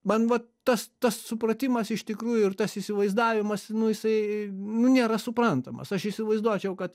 man vat tas tas supratimas iš tikrųjų ir tas įsivaizdavimas nu jisai nu nėra suprantamas aš įsivaizduočiau kad